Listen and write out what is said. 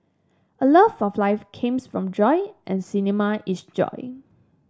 a love of life came from joy and cinema is joy